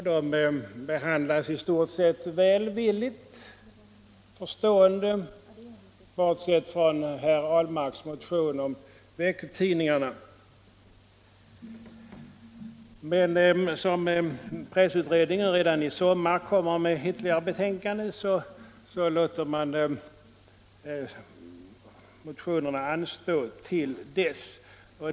De behandlas i stort sett välvilligt och förstående, bortsett från herr Ahlmarks motion om veckotidningarna. Men eftersom pressutredningen redan i sommar lägger fram sitt slutbetänkande låter man motionerna anstå till dess.